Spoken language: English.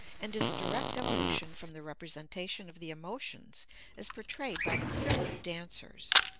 and is a direct evolution from the representation of the emotions as portrayed by the primitive dancers.